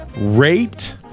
rate